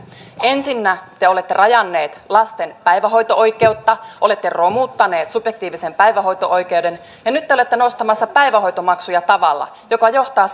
ensinnä te olette rajanneet lasten päivähoito oikeutta olette romuttaneet subjektiivisen päivähoito oikeuden nyt te olette nostamassa päivähoitomaksuja tavalla joka johtaa